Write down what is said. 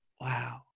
Wow